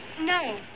No